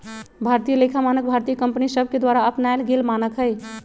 भारतीय लेखा मानक भारतीय कंपनि सभके द्वारा अपनाएल गेल मानक हइ